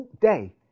day